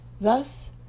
Thus